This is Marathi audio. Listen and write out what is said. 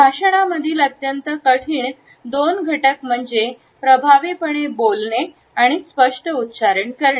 भाषणामधील अत्यंत कठीण दोन घटक म्हणजे प्रभावीपणे बोलणे आणि स्पष्ट उच्चारण करणे